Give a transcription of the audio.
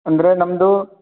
ಅಂದರೆ ನಮ್ಮದು